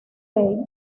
day